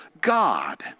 God